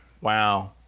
Wow